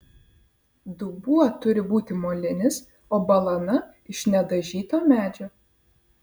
dubuo turi būti molinis o balana iš nedažyto medžio